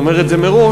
אני אומר את זה מראש,